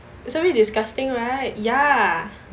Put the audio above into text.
it's a bit disgusting right ya